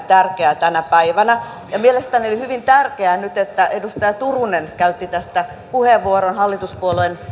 tärkeä tänä päivänä ja mielestäni oli hyvin tärkeää nyt että edustaja turunen käytti tästä puheenvuoron hallituspuolueen